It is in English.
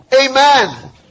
Amen